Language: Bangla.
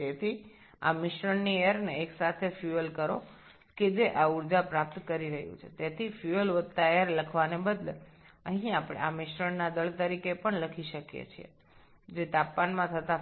সুতরাং জ্বালানী বায়ু একসাথে এই মিশ্রণটি যা এই শক্তিটি গ্রহণ করে তাই জ্বালানী যুক্ত বায়ু লেখার পরিবর্তে আমরা এখানেও মিশ্রণের ভর হিসাবে এটি লিখতে